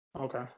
okay